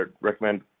recommend